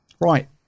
Right